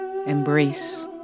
Embrace